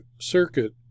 Circuit